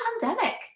pandemic